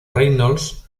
reynolds